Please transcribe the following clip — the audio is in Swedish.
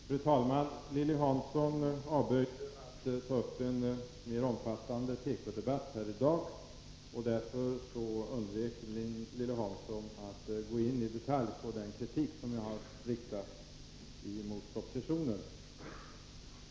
Fru talman! Lilly Hansson avböjde att ta upp en mer omfattande tekodebatt i dag, och därför undvek Lilly Hansson också att i detalj gå in på den kritik som jag har riktat mot propositionen.